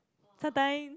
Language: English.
sometime